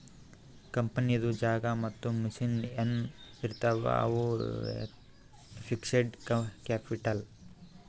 ಕಂಪನಿದು ಜಾಗಾ ಮತ್ತ ಮಷಿನ್ ಎನ್ ಇರ್ತಾವ್ ಅವು ಫಿಕ್ಸಡ್ ಕ್ಯಾಪಿಟಲ್